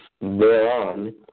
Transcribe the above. thereon